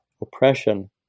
oppression